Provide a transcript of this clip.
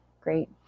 great